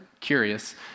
curious